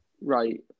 Right